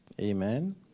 Amen